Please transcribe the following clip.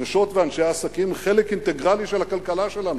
נשות ואנשי העסקים, חלק אינטגרלי של הכלכלה שלנו.